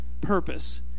purpose